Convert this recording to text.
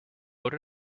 toad